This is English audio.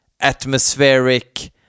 atmospheric